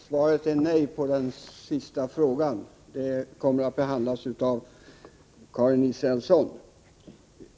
Herr talman! Svaret på den sista frågan är nej. Karin Israelsson kommer att behandla detta.